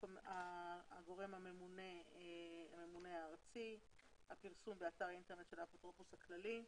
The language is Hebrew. הגורם הממונה הוא הממונה הארצי לענייני ירושה.